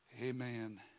Amen